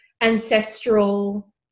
ancestral